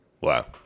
Wow